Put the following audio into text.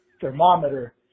thermometer